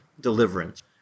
deliverance